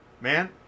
man